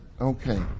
Okay